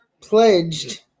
pledged